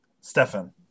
Stefan